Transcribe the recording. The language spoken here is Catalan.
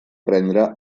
prendre